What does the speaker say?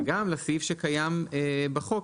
וגם לסעיף שקיים בחוק,